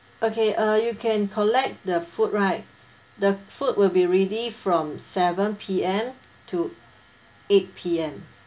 okay uh you can collect the food right the food will be ready from seven P_M to eight P_M